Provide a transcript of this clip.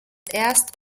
erst